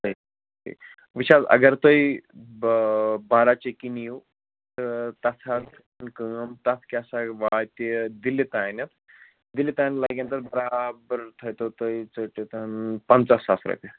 وُچھ حظ اگر تُہۍ بارہ چٔکی نِیِو تہٕ تَتھ حظ کٲم تَتھ کیٛاہ سا واتہِ دِلہِ تانٮ۪تھ دِلہِ تانٮ۪تھ لَگن تَتھ برابر تھٲوِتو تُہۍ ژٔٹِتھ پنٛژاہ ساس رۄپیہِ